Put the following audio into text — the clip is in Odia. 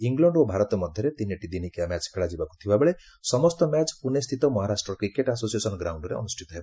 ଇଲଣ୍ଡ ଓ ଭାରତ ମଧ୍ୟରେ ତିନିଟି ଦିନିକିଆ ମ୍ୟାଚ ଖେଳାଯିବାକୁ ଥିବାବେଳେ ସମସ୍ତ ମ୍ୟାଚ ପୁନେସ୍ଥିତ ମହାରାଷ୍ଟ୍ର କ୍ରିକେଟ ଆସୋସିଏସନ ଗ୍ରାଉଣ୍ଡରେ ଅନୁଷ୍ଠିତ ହେବ